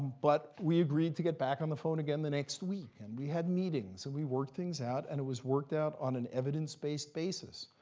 but we agreed to get back on the phone again the next week. and we had meetings and we worked things out, and it was worked out on an evidence-based basis.